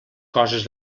coses